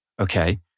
Okay